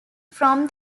from